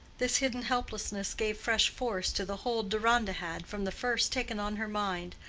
this hidden helplessness gave fresh force to the hold deronda had from the first taken on her mind,